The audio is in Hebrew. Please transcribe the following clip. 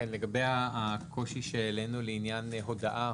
לגבי הקושי שהעלינו לעניין הודאה